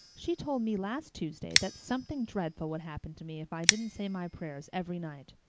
she told me last tuesday that something dreadful would happen to me if i didn't say my prayers every night.